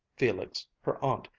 felix, her aunt,